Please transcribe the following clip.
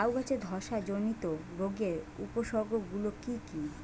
লাউ গাছের ধসা জনিত রোগের উপসর্গ গুলো কি কি?